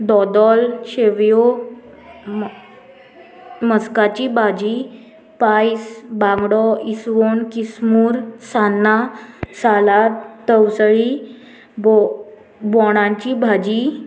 दोदोल शेवयो मस्काची भाजी पायस बांगडो इसवण किसमूर सान्नां सालाद तवसळी बो बोंडांची भाजी